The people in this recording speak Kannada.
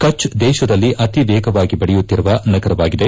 ಕಚ್ ದೇಶದಲ್ಲಿ ಅತಿವೇಗವಾಗಿ ಬೆಳೆಯುತ್ತಿರುವ ನಗರವಾಗಿದೆ